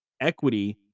equity